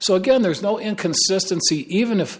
so again there is no inconsistency even if